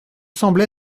semble